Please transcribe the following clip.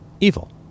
evil